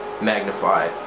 magnify